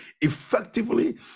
effectively